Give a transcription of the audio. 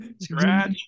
scratch